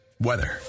weather